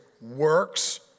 works